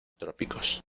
trópicos